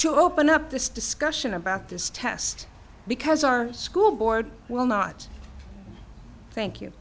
to open up this discussion about this test because our school board will not thank you